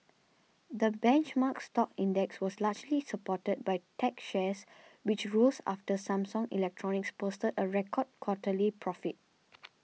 the benchmark stock index was largely supported by tech shares which rose after Samsung Electronics posted a record quarterly profit